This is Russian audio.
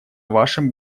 вашем